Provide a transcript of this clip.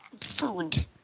food